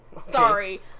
Sorry